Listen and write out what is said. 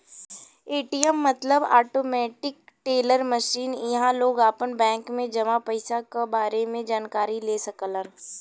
ATM मतलब automatic teller machine इहां लोग आपन बैंक में जमा पइसा क बारे में जानकारी ले सकलन